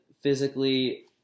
physically